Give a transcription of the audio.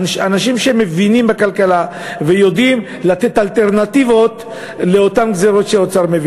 אנשים שמבינים בכלכלה ויודעים לתת אלטרנטיבות לאותן גזירות שהאוצר מביא.